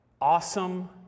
awesome